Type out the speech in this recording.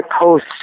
post